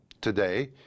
Today